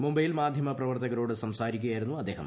മുംബൈയിൽ മാധ്യമ പ്രവർത്തകരോട് സംസാരിക്കുകയായിരുന്നു അദ്ദേഹം